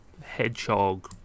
hedgehog